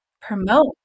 promote